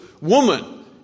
woman